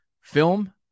film –